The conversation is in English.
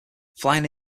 flying